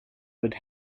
would